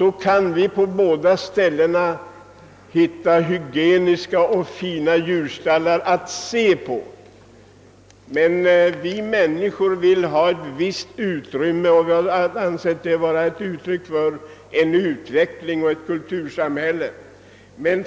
och vi kan utan tvivel i båda landskapen hitta djurstallar som är hygieniska och fina att se på. Men: vi människor vill ha ett 'visst utrymme, och vi har ansett uppfyllandet av denna önskån vara ett uttryck för ett kultursämhälles ' utveckling.